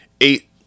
eight